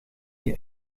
die